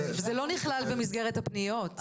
זה לא נכלל במסגרת הפניות.